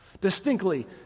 Distinctly